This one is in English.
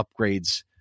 upgrades